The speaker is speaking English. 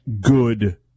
good –